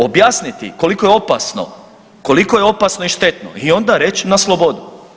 Objasniti koliko je opasno, koliko je opasno i štetno i onda reći na slobodu.